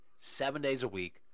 seven-days-a-week